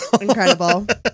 Incredible